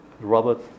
Robert